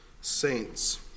saints